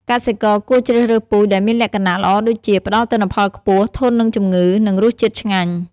កសិករគួរជ្រើសរើសពូជដែលមានលក្ខណៈល្អដូចជា ផ្ដល់ទិន្នផលខ្ពស់ ធន់នឹងជំងឺ និងរសជាតិឆ្ងាញ់។